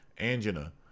Angina